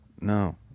No